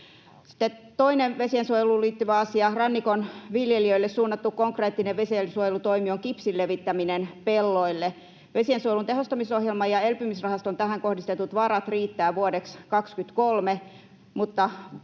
toinen vesiensuojeluun liittyvä asia, rannikon viljelijöille suunnattu konkreettinen vesiensuojelutoimi, on kipsin levittäminen pelloille. Vesiensuojelun tehostamisohjelman ja elpymisrahaston tähän kohdistamat varat riittävät vuodeksi 23, mutta